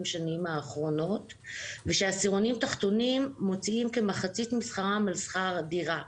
השנים האחרונות ושהעשירונים התחתונים מוציאים כמחצית משכרם על שכר דירה.